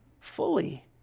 fully